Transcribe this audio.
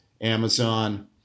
Amazon